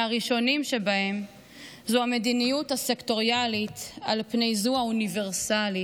מהראשונים שבהם זו המדיניות הסקטוריאלית על פני זו האוניברסלית,